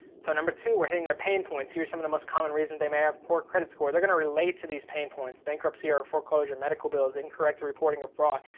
so number two we're hitting their pain points, here's some of the most common reasons they may have a poor credit score. they're gonna relate to these pain points, bankruptcy or foreclosure, medical bills, incorrect reporting or fraud,